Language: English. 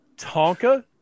Tonka